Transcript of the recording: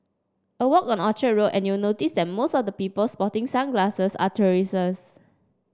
a walk on Orchard Road and you'll notice that most of the people sporting sunglasses are tourists